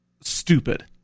stupid